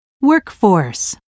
workforce